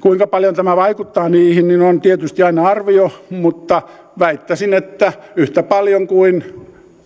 kuinka paljon tämä vaikuttaa niihin on tietysti aina arvio mutta väittäisin että yhtä paljon kuin